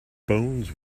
bones